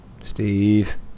Steve